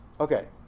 Okay